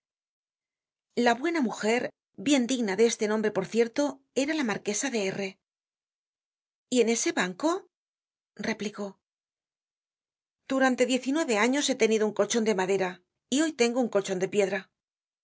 la buena mujer bien digna de este nombre por cierto era la marquesa der en ese banco replicó durante diez y nueve años he tenido un colchon de madera y hoy tengo un colchon de piedra